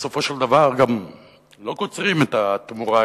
ובסופו של דבר גם לא קוצרים את התמורה,